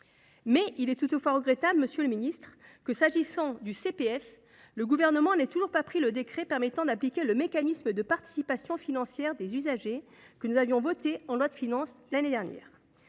Il est toutefois regrettable, monsieur le ministre, que le Gouvernement n’ait toujours pas pris le décret permettant d’appliquer le mécanisme de participation financière des usagers au CPF que nous avions voté en loi de finances l’année dernière.